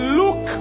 look